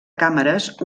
càmeres